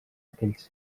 aquells